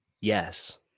Yes